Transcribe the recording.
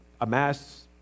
amass